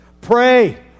Pray